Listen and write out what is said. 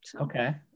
okay